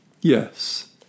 Yes